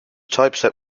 typeset